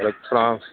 السلام